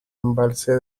embalse